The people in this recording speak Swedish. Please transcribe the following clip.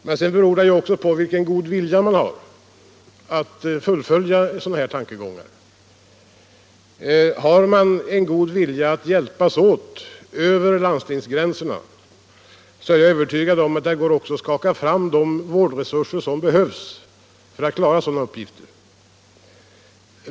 Men det beror också på vilken god vilja man har att fullfölja sådana här tankegångar. Finns det en god vilja att hjälpas åt över landstingsgränserna, så är jag övertygad om att det också går att skaka fram de vårdresurser som behövs för att klara sådana uppgifter.